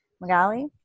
Magali